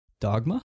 dogma